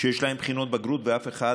שיש להם בחינות בגרות ואף אחד